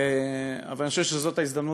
אבל אני חושב שזאת ההזדמנות,